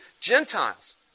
Gentiles